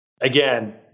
Again